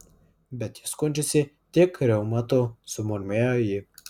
bet jis skundžiasi tik reumatu sumurmėjo ji